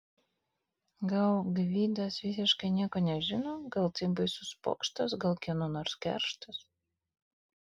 gal gvidas visiškai nieko nežino gal tai baisus pokštas gal kieno nors kerštas